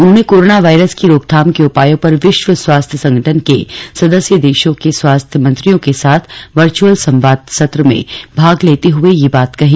उन्होंने corona virus की रोकथाम के उपायों पर विश्व स्वास्थ्य संगठन के सदस्य देशों के स्वास्थ्य मंत्रियों के साथ वर्चअल संवाद सत्र में भाग लेते हुए यह बात कही